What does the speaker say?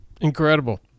Incredible